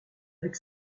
avec